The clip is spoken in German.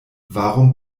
warum